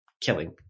killing